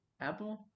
Apple